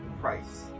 price